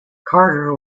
carter